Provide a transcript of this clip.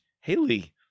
Haley